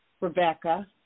Rebecca